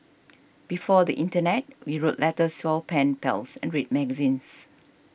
before the Internet we wrote letters to our pen pals and read magazines